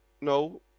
No